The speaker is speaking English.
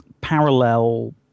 parallel